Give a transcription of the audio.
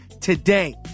today